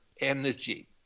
energy